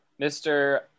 mr